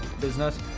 business